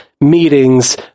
meetings